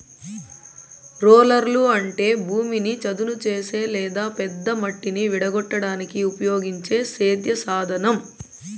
రోలర్లు అంటే భూమిని చదును చేసే లేదా పెద్ద మట్టిని విడగొట్టడానికి ఉపయోగించే సేద్య సాధనం